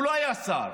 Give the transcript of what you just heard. הוא לא היה שר,